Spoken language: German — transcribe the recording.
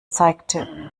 zeigte